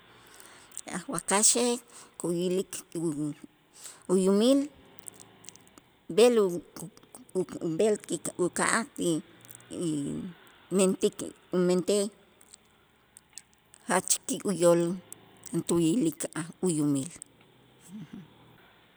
A' wakaxej kuyilik u- uyumil b'el u- b'el ki uka'aj ti inmentik mentej jach ki' uyool juntuu yilik a' uyumil.